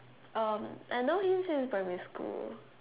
I know him since primary school